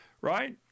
Right